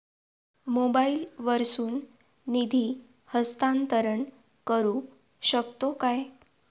मोबाईला वर्सून निधी हस्तांतरण करू शकतो काय?